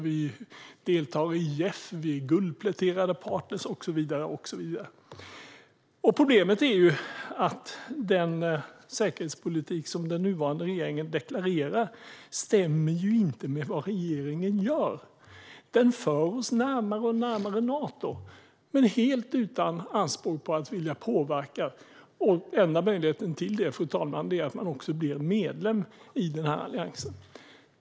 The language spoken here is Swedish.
Vi deltar i IF, är guldpläterade partner och så vidare. Problemet är att den säkerhetspolitik som den nuvarande regeringen deklarerar inte stämmer med vad regeringen gör. Den för oss allt närmare Nato men helt utan anspråk på att vilja påverka. Enda möjligheten till det är att man blir medlem i alliansen, fru talman.